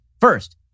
First